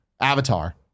Avatar